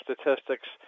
statistics